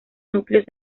núcleos